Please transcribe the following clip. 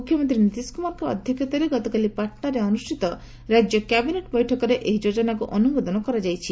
ମୁଖ୍ୟମନ୍ତ୍ରୀ ନିତିଶ କୁମାରଙ୍କ ଅଧ୍ୟକ୍ଷତାରେ ଗତକାଲି ପାଟନାରେ ଅନୁଷ୍ଠିତ ରାଜ୍ୟ କ୍ୟାବିନେଟ୍ ବୈଠକରେ ଏହି ଯୋଜନାକୁ ଅନ୍ଦୁମୋଦନ କରାଯାଇଛି